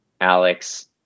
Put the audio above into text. Alex